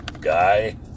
Guy